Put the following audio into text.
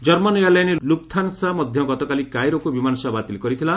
କର୍ମାନ୍ airline Lufthansa ମଧ୍ୟ ଗତକାଲି କାଇରୋକୁ ବିମାନସେବା ବାତିଲ୍ କରିଥିଲା